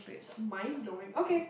it's mind blowing okay